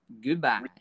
Goodbye